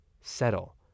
settle